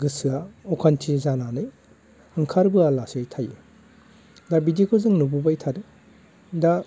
गोसोआ अखान्थि जानानै ओंखारबोआ लासै थायो दा बिदिखौ जों नुबोबाय थादों दा